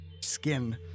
skin